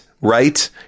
right